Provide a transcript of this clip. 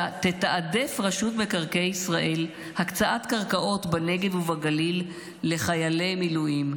תתעדף רשות מקרקעי ישראל הקצאת קרקעות בנגב ובגליל לחיילי מילואים,